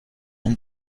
ein